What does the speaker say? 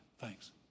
Thanks